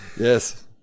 yes